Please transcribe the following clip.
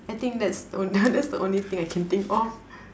I think that's oh no that's the only thing I can think of